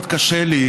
מאוד קשה לי,